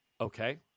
Okay